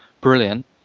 brilliant